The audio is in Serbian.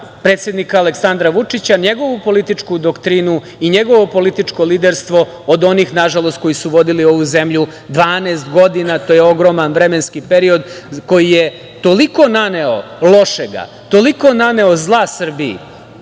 predsednika Aleksandra Vučića, njegovu političku doktrinu i njegovo političko liderstvo od onih, nažalost, koji su vodili ovu zemlju 12 godina, to je ogroman vremenski period, koji je toliko naneo lošega, toliko naneo zla Srbiji,